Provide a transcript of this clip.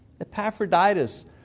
Epaphroditus